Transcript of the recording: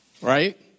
right